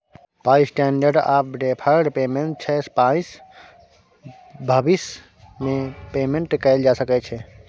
पाइ standard of deferred payment छै पाइसँ भबिस मे पेमेंट कएल जा सकै छै